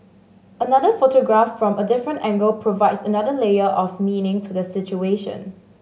another photograph from a different angle provides another layer of meaning to the situation